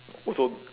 also